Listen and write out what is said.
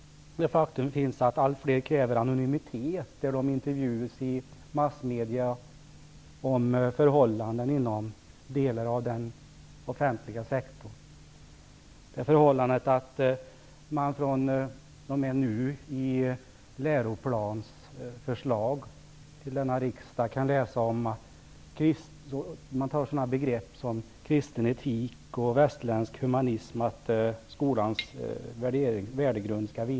Alltfler kräver anonymitet när de intervjuas i massmedia om förhållanden inom delar av den offentliga sektorn. I förslaget till denna riksdag om läroplan finner man att skolans värdegrund skall vila på kristen etik och västerländsk humanism.